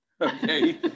Okay